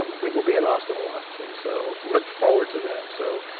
um we will be in austin a lot and so, look forward to that so,